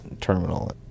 terminal